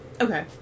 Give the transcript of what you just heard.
Okay